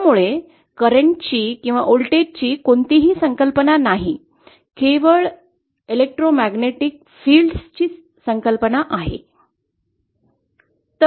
त्यामुळे करंटची व्होल्टेजची कोणतीही संकल्पना नाही केवळ विद्युत आणि चुंबकीय क्षेत्राची संकल्पना आहे